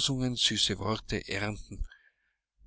süße worte ernten